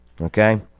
okay